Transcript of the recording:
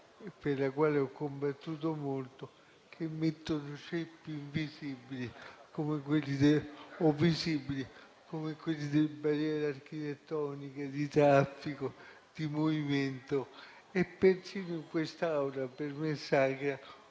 per la quale ho combattuto molto, che mettono ceppi invisibili o visibili come quelli delle barriere architettoniche, di traffico e di movimento. Persino in questa Aula, per me sacra,